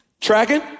Tracking